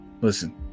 listen